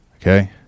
Okay